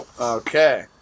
Okay